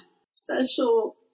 Special